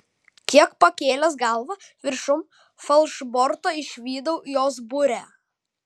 kiek pakėlęs galvą viršum falšborto išvydau jos burę